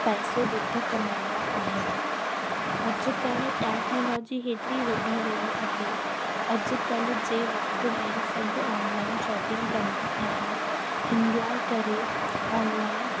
पैसो बि त कमाईंदा आहिनि अॼुकल्ह टैक्नोलॉजी हेतिरी वॾी वई आहे अॼुकल्ह जे वक़्त में सब ऑनलाइन शॉपिंग कंदा आहिनि हिन लाइ करे ऑनलाइन